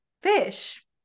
fish